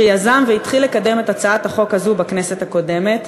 שיזם והתחיל לקדם את הצעת החוק הזאת בכנסת הקודמת,